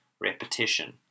repetition